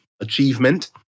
achievement